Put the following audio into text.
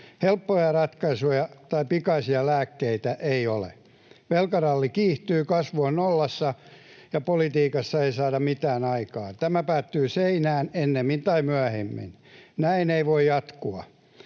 Helppoja ratkaisuja tai pikaisia lääkkeitä ei ole. Velkaralli kiihtyy, kasvu on nollassa, ja politiikassa ei saada mitään aikaan. Tämä päättyy seinään, ennemmin tai myöhemmin. Näin ei voi jatkua.